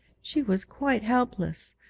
she was quite helpless,